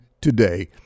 Today